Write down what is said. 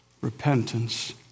repentance